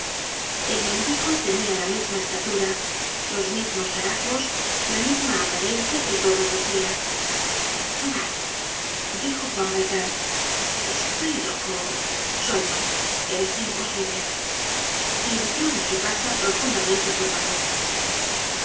el mendigo tenia la misma estatura los mismos harapos la misma apariencia que todos los dias bah dijo juan valjean estoy loco sueño es imposible y entró en su casa profundamente turbado